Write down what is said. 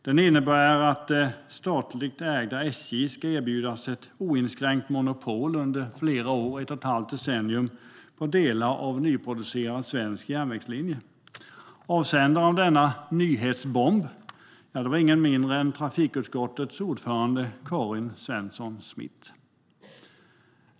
Den innebär att det statligt ägda SJ ska erbjudas ett oinskränkt monopol under flera år - ett och ett halvt decennium - på delar av nyproducerade svenska järnvägslinjer. Avsändare av denna nyhetsbomb var ingen mindre än trafikutskottets ordförande Karin Svensson Smith.